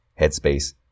Headspace